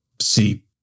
see